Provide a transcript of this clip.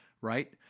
Right